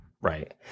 Right